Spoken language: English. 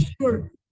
sure